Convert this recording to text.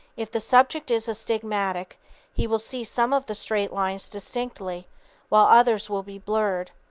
if the subject is astigmatic he will see some of the straight lines distinctly while others will be blurred.